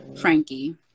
frankie